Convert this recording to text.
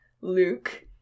Luke